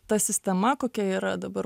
ta sistema kokia yra dabar